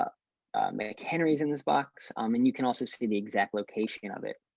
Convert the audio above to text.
ah mchenry is in this box. um and you can also see the exact location of it.